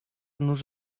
nos